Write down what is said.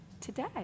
today